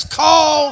call